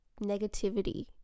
negativity